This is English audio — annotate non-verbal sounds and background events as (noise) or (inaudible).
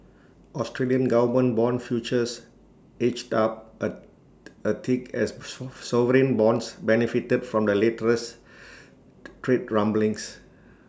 Australian government Bond futures edged up A a tick as (unintelligible) sovereign bonds benefited from the latest trade rumblings